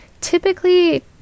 Typically